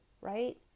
right